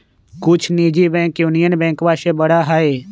कुछ निजी bank union बैंकवा से बड़ा हई